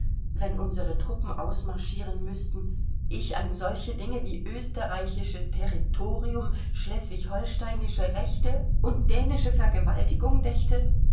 wenn unsere truppen ausmarschieren müßten ich an solche dinge wie österreichisches territorium schleswig holsteinsche rechte und dänische vergewaltigung dächte